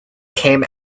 came